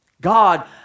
God